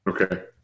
Okay